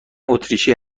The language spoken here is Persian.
اتریشی